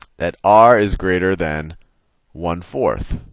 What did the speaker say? that r is greater than one four.